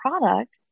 product